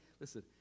listen